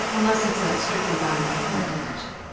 unless it's a strictly biomedical intervention.